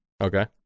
Okay